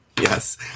Yes